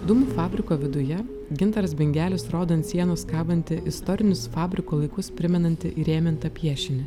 dūmų fabriko viduje gintaras bingelis rodo ant sienos kabantį istorinius fabriko laikus primenantį įrėmintą piešinį